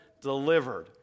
delivered